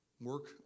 work